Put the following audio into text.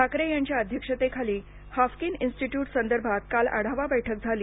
ठाकरे यांच्या अध्यक्षतेखाली Haffkine institute संदर्भात काल आढावा बैठक झाली